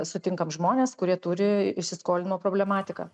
sutinkam žmones kurie turi įsiskolinimo problematiką